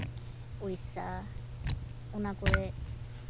ᱩᱲᱤᱥᱥᱟ ᱚᱱᱟ ᱠᱚᱨᱮᱫ